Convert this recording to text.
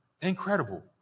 Incredible